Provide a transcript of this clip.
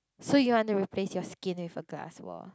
so you want to replace your skin with a glass wall